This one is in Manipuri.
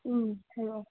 ꯎꯝ ꯍꯥꯏꯔꯛꯑꯣ